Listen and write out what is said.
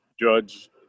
judge